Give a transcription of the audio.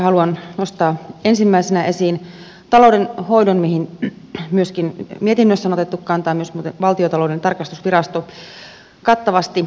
haluan nostaa ensimmäisenä esiin taloudenhoidon mihin mietinnössä on otettu kantaa ja mihin valtiontalouden tarkastusvirasto on ottanut kantaa kattavasti